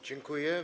Dziękuję.